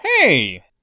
Hey